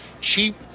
Cheap